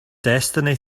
destiny